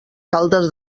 caldes